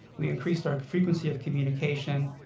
we increased our frequency of communication.